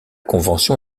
convention